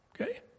Okay